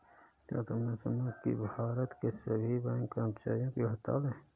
क्या तुमने सुना कि कल भारत के सभी बैंक कर्मचारियों की हड़ताल है?